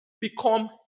become